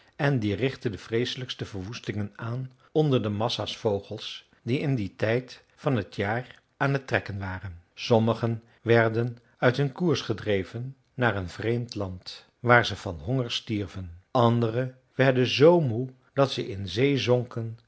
en die richtte de vreeselijkste verwoestingen aan onder de massa's vogels die in dien tijd van het jaar aan het trekken waren sommige werden uit hun koers gedreven naar een vreemd land waar ze van honger stierven andere werden z moe dat ze in zee zonken